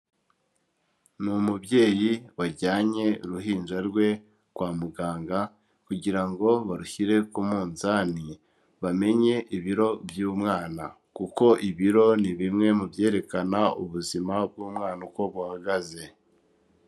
Ni umubyeyi wajyanye uruhinja rwe kwa muganga kugira ngo barushyire ku munzani. Bamenye ibiro by'umwana. Kuko ibiro ni bimwe mu byerekana ubuzima bw'umwana uko buhagaze.